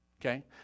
okay